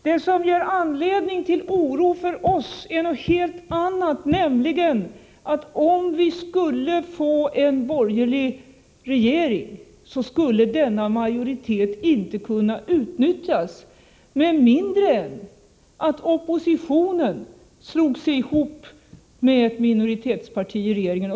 Det som ger oss anledning till oro är någonting helt annat, nämligen att om vi skulle få en borgerlig regering skulle denna majoritet inte kunna utnyttjas med mindre än att oppositionen slår sig ihop med ett minoritetsparti i regeringen.